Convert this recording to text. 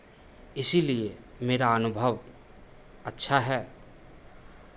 इसीलिए मेरा अनुभव अच्छा है